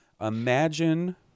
Imagine